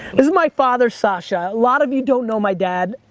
is my father, sasha. a lot of you don't know my dad.